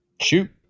Shoot